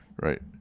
Right